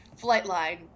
Flightline